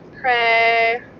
pray